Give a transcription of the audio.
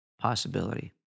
possibility